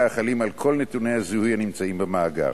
החלים על כל נתוני הזיהוי הנמצאים במאגר.